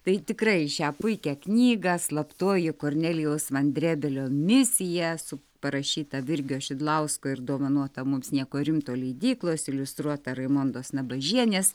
tai tikrai šią puikią knygą slaptoji kornelijaus vandrėbelio misija su parašyta virgio šidlausko ir dovanota mums nieko rimto leidyklos iliustruota raimondos nabažienės